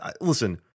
Listen